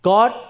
God